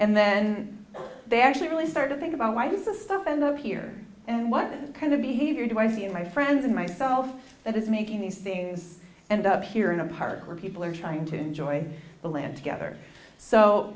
and then they actually really start to think about why does this stuff end up here and what kind of behavior do i see in my friends and myself that is making these things and up here in a park where people are trying to enjoy the land together so